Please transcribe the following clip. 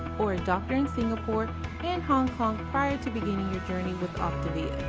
or a doctor in singapore and hong kong prior to beginning your journey with optavia.